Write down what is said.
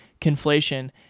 conflation